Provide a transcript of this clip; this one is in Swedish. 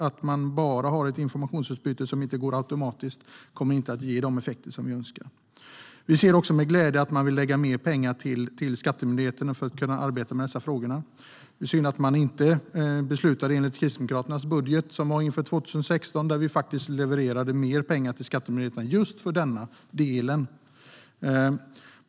Att bara ha ett informationsutbyte som inte går automatiskt kommer inte att ge de effekter som vi önskar. Vi ser med glädje att man vill lägga mer pengar till skattemyndigheten för att kunna arbeta med dessa frågor. Det är synd att man inte beslutade enligt Kristdemokraternas budget inför 2016, där vi levererade mer pengar till skattemyndigheten just för denna del.